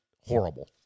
horrible